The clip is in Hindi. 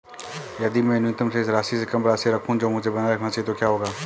यदि मैं न्यूनतम शेष राशि से कम राशि रखूं जो मुझे बनाए रखना चाहिए तो क्या होगा?